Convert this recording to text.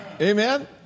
amen